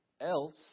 else